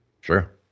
sure